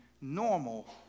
normal